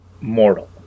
mortal